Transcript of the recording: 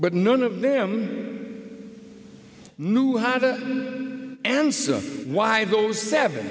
but none of them knew how to answer why those seven